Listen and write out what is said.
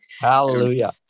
hallelujah